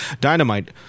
Dynamite